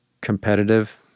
competitive